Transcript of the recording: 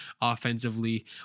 offensively